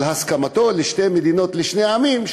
על הסכמתו לשתי מדינות לשני עמים.